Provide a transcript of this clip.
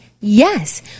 yes